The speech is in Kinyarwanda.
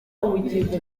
kuri